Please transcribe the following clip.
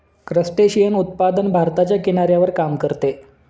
crustacean उत्पादन भारताच्या किनाऱ्यावर काम करते